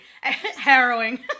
harrowing